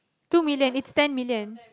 two million it's ten million